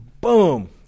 Boom